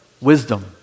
wisdom